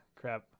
Crap